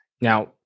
Now